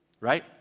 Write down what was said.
Right